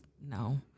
no